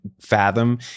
fathom